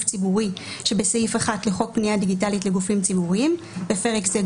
ציבורי" שבסעיף 1 לחוק פנייה דיגיטלית לגופים ציבוריים (בפרק זה,